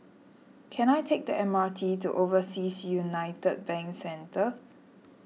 can I take the M R T to Overseas Union Bank Centre